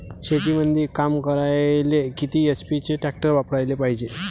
शेतीमंदी काम करायले किती एच.पी चे ट्रॅक्टर वापरायले पायजे?